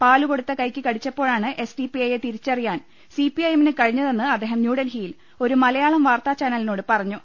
പാലു കൊടുത്ത കൈക്ക് കടിച്ചപ്പോ ഴാണ് എസ് ഡി പി ഐ യെ തിരിച്ചറിയാൻ സി പി ഐ എമ്മിന് കഴിഞ്ഞതെന്ന് അദ്ദേഹം ന്യൂഡൽഹിയിൽ ഒരു മലയാളം വാർത്താചാനലിനോട് പറഞ്ഞു